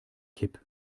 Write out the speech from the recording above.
kipp